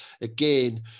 again